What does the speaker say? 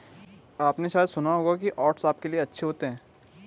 आपने शायद सुना होगा कि ओट्स आपके लिए अच्छे होते हैं